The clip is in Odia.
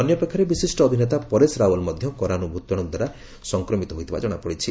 ଅନ୍ୟପକ୍ଷରେ ବିଶିଷ୍ଟ ଅଭିନେତା ପରେଶ ରାଓ୍ବଲ ମଧ୍ୟ କରୋନା ଭୂତାଣୁ ଦ୍ୱାରା ସଂକ୍ରମିତ ହୋଇଥିବା ଜଣାପଡ଼ିଛି